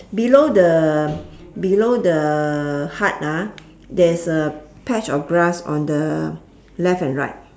below the below the hut ah there's a patch of grass on the left and right